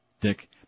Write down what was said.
Dick